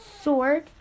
sword